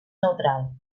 neutral